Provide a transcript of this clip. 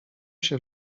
się